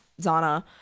Zana